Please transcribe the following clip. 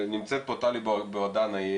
נמצאת פה טלי בוהדנה, היא